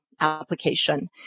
application